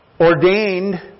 ordained